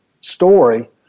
story